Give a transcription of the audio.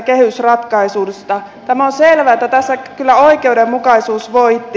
tämä on selvä että tässä kyllä oikeudenmukaisuus voitti